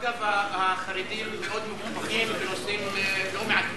אגב, החרדים מאוד מקופחים בנושאים לא מעטים.